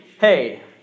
Hey